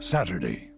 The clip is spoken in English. Saturday